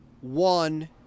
one